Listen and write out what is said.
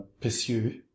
pursue